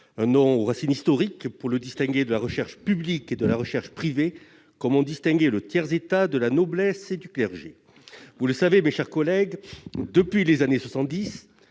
un nom aux racines historiques pour le distinguer de la recherche publique et de la recherche privée, comme on distinguait le tiers état de la noblesse et du clergé. Depuis les années 1970,